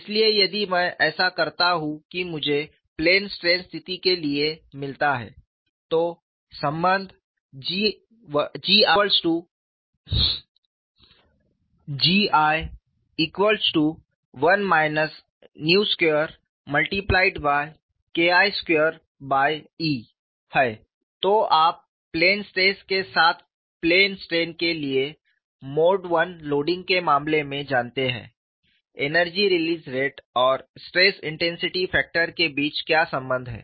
इसलिए यदि मैं ऐसा करता हूं कि मुझे प्लेन स्ट्रेन स्थिति के लिए मिलता है तो संबंध GIKI2E हैं तो आप प्लेन स्ट्रेस के साथ साथ प्लेन स्ट्रेन के लिए मोड I लोडिंग के मामले में जानते हैं एनर्जी रिलीज़ रेट और स्ट्रेस इंटेंसिटी फैक्टर के बीच क्या संबंध है